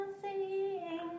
sing